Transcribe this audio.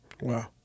Wow